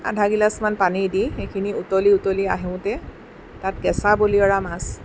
আঢা গিলাছমান পানী দি সেইখিনি উতলি উতলি আহোঁতে তাত কেঁচা বলিয়ৰা মাছ